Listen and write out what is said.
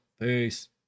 peace